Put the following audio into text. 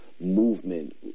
movement